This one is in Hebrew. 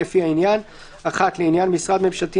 לפי העניין (1) לעניין משרד ממשלתי,